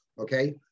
okay